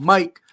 Mike